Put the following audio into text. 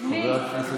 את מי?